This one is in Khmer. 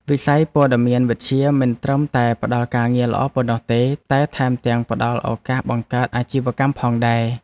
វិស័យព័ត៌មានវិទ្យាមិនត្រឹមតែផ្តល់ការងារល្អប៉ុណ្ណោះទេ តែថែមទាំងផ្តល់ឱកាសបង្កើតអាជីវកម្មផងដែរ។